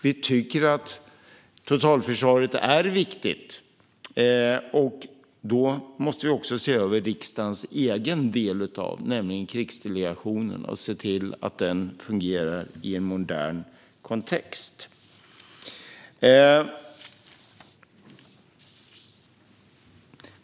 Vi tycker att totalförsvaret är viktigt, och då måste vi också se över riksdagens egen del av det, nämligen krigsdelegationen, och se till att den fungerar i en modern kontext.